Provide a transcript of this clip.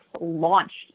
launched